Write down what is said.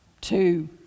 two